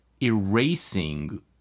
erasing